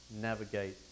navigate